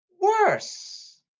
Worse